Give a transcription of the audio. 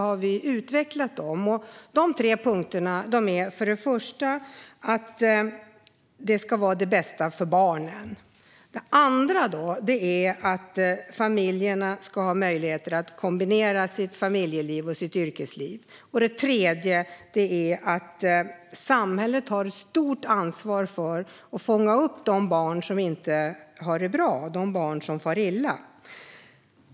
För det första ska utgångspunkten i familjepolitiken vara barnens bästa. För det andra ska familjerna ha möjligheter att kombinera familjeliv med yrkesliv. För det tredje har samhället ett stort ansvar för att fånga upp de barn som inte har det bra; de barn som far illa.